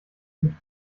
mit